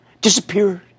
disappeared